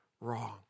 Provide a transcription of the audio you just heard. wrong